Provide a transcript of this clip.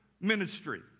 ministry